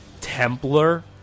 templar